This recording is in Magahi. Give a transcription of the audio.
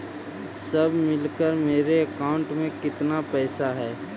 सब मिलकर मेरे अकाउंट में केतना पैसा है?